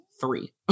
three